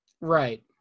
Right